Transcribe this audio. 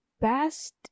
best